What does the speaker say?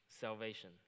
salvation